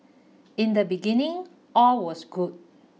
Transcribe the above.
in the beginning all was good